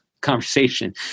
conversation